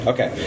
Okay